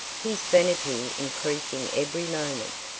his vanity increasing every moment.